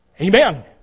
Amen